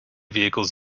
vehicles